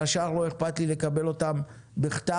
על השאר אפשר לשלוח בכתב.